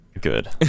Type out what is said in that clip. good